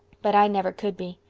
but i never could be.